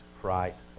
Christ